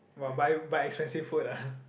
!wah! buy buy expensive food ah